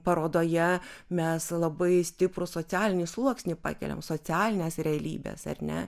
parodoje mes labai stiprų socialinį sluoksnį pakeliam socialines realybes ar ne